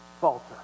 falter